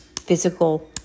physical